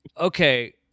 Okay